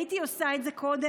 הייתי עושה את זה קודם,